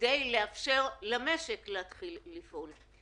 כדי לאפשר למשק להתחיל לפעול.